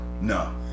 No